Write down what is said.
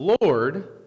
Lord